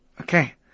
Okay